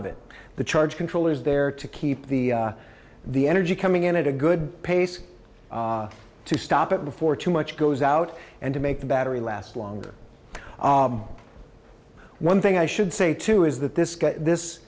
of it the charge controller is there to keep the the energy coming in at a good pace to stop it before too much goes out and to make the battery last longer one thing i should say too is that this this